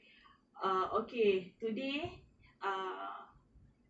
uh okay today ah